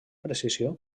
precisió